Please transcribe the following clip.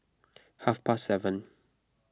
half past seven